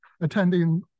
attending